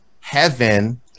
heaven